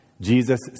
Jesus